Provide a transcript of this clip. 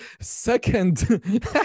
second